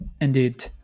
indeed